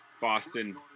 Boston